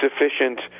sufficient